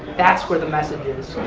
that's where the message is,